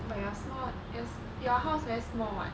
but you are small your s~ your house very small [what]